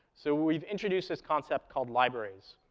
so we've introduced this concept called libraries.